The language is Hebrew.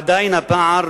עדיין הפער